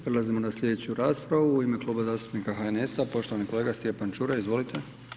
Prelazimo na sljedeću raspravu. u ime Kluba zastupnika HNS-a poštovani kolega Stjepan Čuraj, izvolite.